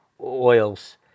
oils